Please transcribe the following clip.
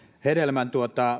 hedelmän